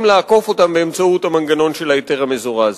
לעקוף אותם באמצעות המנגנון של ההיתר המזורז.